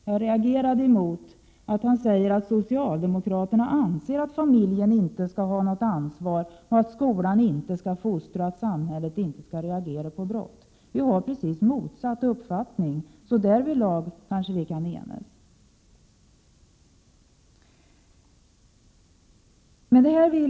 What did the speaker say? Jag reagerade emot att han sade att socialdemokraterna anser att familjen inte skall ha något ansvar, att skolan inte skall fostra och att samhället inte skall reagera på brott. Vi har precis motsatt uppfattning. Därvidlag kanske vi kan enas.